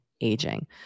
aging